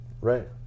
Right